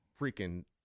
freaking –